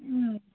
ಹ್ಞೂ